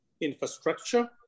infrastructure